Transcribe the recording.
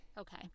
Okay